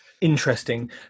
Interesting